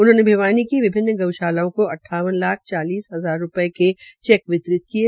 उन्होंने भिवानी की विभिन्न गऊशालाओं को अद्वावन लाख चालीस हजार रूपये के चैक वितरित किये